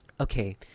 okay